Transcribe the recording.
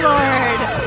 Lord